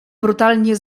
brutalnie